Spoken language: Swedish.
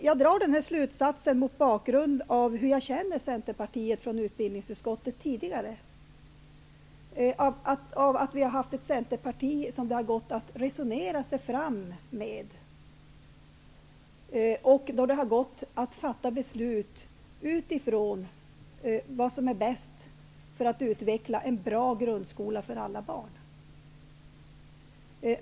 Jag drar denna slutsats mot bakgrund av hur jag sedan tidigare känner Centerpartiet från utbildningsutskottet som ett Centerparti som det har gått att resonera sig fram med. Det har gått att fatta beslut utifrån vad som är bäst för att utveckla en bra grundskola för alla barn.